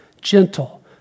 gentle